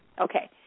Okay